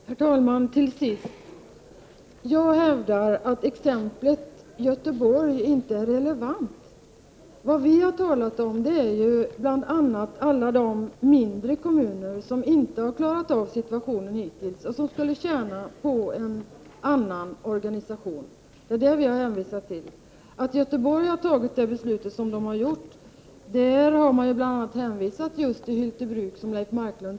Herr talman! Till sist: Jag hävdar att exemplet Göteborg inte är relevant. Vad vi har talat om är bl.a. de mindre kommuner som inte har klarat av situationen hittills och som skulle tjäna på en annan organisation. Det är detta vi har hänvisat till. Anledningen till att Göteborg har fattat sitt beslut är att man bl.a. har hänvisat till Hyltebruk, som Leif Marklund sade.